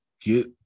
get